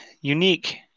unique